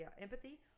empathy